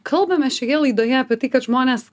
kalbame šioje laidoje apie tai kad žmonės